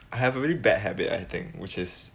I have a really bad habit I think which is